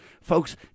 Folks